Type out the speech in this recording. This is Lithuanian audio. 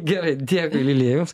gerai dėkui vilija jums